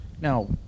Now